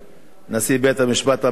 נשיא בית-המשפט המחוזי